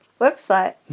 website